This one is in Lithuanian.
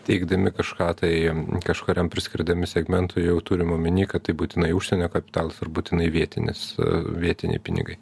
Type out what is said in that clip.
teikdami kažką tai kažkuriam priskirdami segmentui jau turim omeny kad tai būtinai užsienio kapitalas ar būtinai vietinis vietiniai pinigai